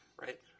Right